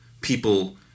people